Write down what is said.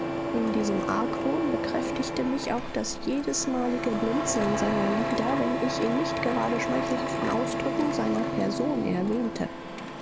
in diesem argwohn bekräftigte mich auch das jedesmalige blinzeln seiner lider wenn ich in nicht gerade schmeichelhaften ausdrücken seiner person erwähnte